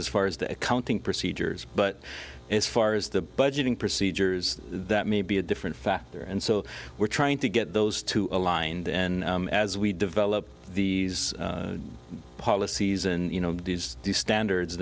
as far as the accounting procedures but as far as the budgeting procedures that may be a different factor and so we're trying to get those two aligned and as we develop these policies and you know these standards